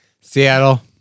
Seattle